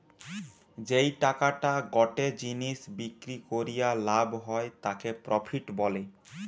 যেই টাকাটা গটে জিনিস বিক্রি করিয়া লাভ হয় তাকে প্রফিট বলে